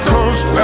Coast